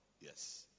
Yes